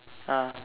ah